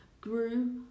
grew